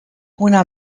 una